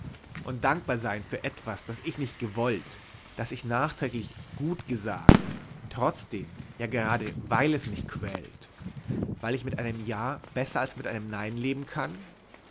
und dankbar sein für etwas das ich nicht gewollt das ich nachträglich gut gesagt trotzdem ja gerade weil es mich quält weil ich mit einem ja besser als mit einem nein leben kann